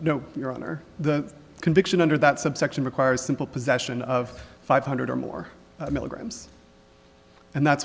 no your honor the conviction under that subsection requires simple possession of five hundred or more milligrams and that's